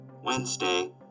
Wednesday